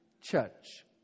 church